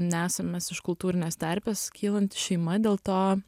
nesam mes iš kultūrinės terpės kylant šeima dėl to